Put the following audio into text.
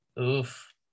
Oof